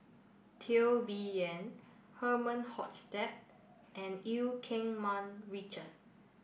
Teo Bee Yen Herman Hochstadt and Eu Keng Mun Richard